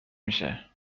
میشه